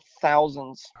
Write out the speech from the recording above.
thousands